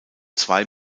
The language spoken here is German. zwei